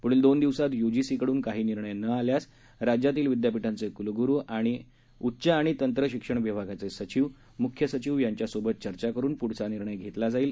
पुढील दोन दिवसांत युजीसीकडून काही निर्णय न आल्यास राज्यातील विद्यापीठांचे कुलगुरू उच्च व तंत्र शिक्षण विभागाचे सचिव मुख्य सचिव यांच्या सोबत चर्चा करून पुढील निर्णय घेतला जाईल असेही सामंत म्हणाले